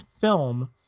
film